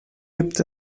gibt